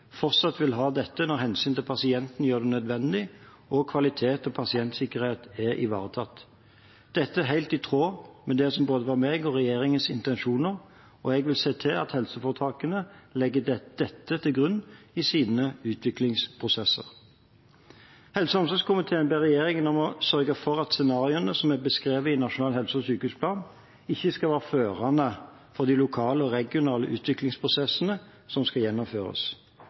fortsatt vil ha dette når hensynet til pasienten gjør det nødvendig, og kvalitet og pasientsikkerhet er ivaretatt.» Dette er helt i tråd med det som var både mine og regjeringens intensjoner, og jeg vil se til at helseforetakene legger dette til grunn i sine utviklingsprosesser. Helse- og omsorgskomiteen ber regjeringen om å sørge for at scenarioene som er beskrevet i Nasjonal helse- og sykehusplan, ikke skal være førende for de lokale og regionale utviklingsprosessene som skal gjennomføres,